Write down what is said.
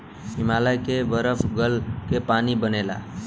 हिमालय के बरफ गल क पानी बनेला